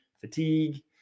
fatigue